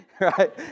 Right